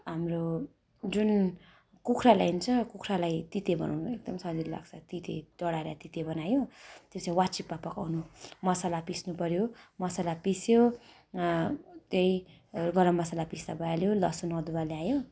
हाम्रो जुन कुखुरा ल्याइन्छ कुखुरालाई तिते बनाउनु एकदमै सजिलो लाग्छ तिते डढाएर तिते बनायो त्यो चाहिँ वाचिप्पा पकाउनु मसला पिस्नुपऱ्यो मसला पिस्यो त्यही गरम मसला पिस्दा भइहाल्यो लसुन अदुवा ल्यायो